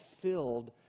filled